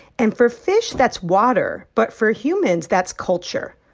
and for fish, that's water. but for humans, that's culture